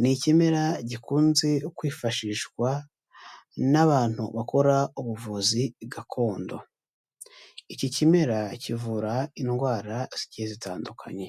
ni ikimera gikunze kwifashishwa n'abantu bakora ubuvuzi gakondo, iki kimera kivura indwara zigiye zitandukanye.